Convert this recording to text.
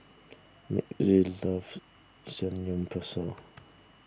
Mitzi loves Samgyeopsal